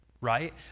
right